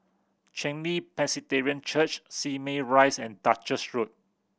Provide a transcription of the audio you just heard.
Chen Li Presbyterian Church Simei Rise and Duchess Road